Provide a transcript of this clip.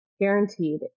Guaranteed